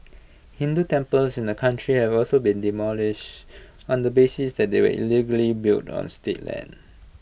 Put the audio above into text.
Hindu temples in the country have also been demolished on the basis that they were illegally built on state land